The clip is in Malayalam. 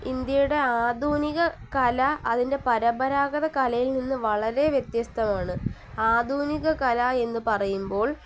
ഇന്ത്യയുടെ ആധുനിക കല അതിൻ്റെ പരമ്പരാഗത കലയിൽ നിന്ന് വളരെ വ്യത്യസ്തമാണ് ആധുനിക കല എന്നു പറയുമ്പോൾ